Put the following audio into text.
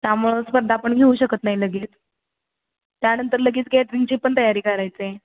त्यामुळं स्पर्धा आपण घेऊ शकत नाही लगेच त्यानंतर लगेच गॅदरिंगची पण तयारी करायचं आहे